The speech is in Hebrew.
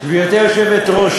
גברתי היושבת-ראש,